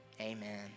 amen